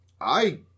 I-